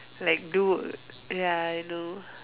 like do ya I know